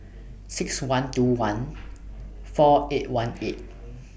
six one two one four eight one eight